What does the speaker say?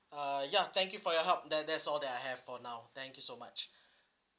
uh ya thank you for your help that that's all that I have for now thank you so much